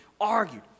argued